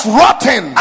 rotten